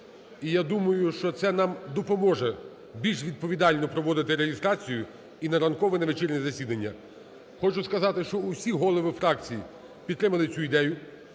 І я думаю, що це нам допоможе більш відповідально проводити реєстрацію і на ранкове, і на вечірнє засідання. Хочу сказати, що всі голови фракцій підтримали цю ідею.